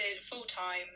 full-time